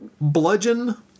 bludgeon